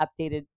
updated